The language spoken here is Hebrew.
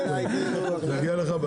נגיע אליך.